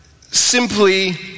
simply